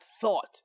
thought